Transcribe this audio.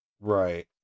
Right